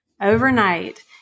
overnight